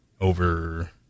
over